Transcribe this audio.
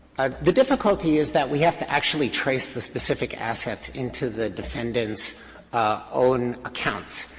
the difficulty is that we have to actually trace the specific assets into the defendant's own account.